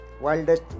wildest